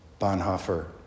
Bonhoeffer